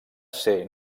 ser